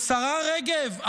השרה רגב,